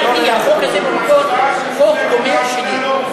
חבר הכנסת נסים זאב איננו ולא נצביע על ההסתייגות שלו.